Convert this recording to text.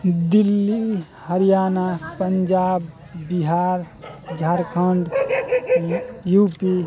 Delhi Haryana Punjab Bihar Jharkhand U पी